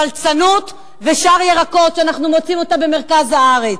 פלצנות ושאר ירקות שאנחנו מוצאים במרכז הארץ.